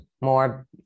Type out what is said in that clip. more